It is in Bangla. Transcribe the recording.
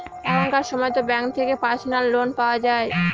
এখনকার সময়তো ব্যাঙ্ক থেকে পার্সোনাল লোন পাওয়া যায়